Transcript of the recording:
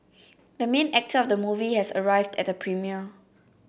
the main actor of the movie has arrived at the premiere